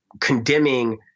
condemning